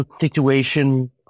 situation